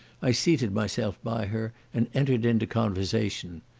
i seated myself by her, and entered into conversation.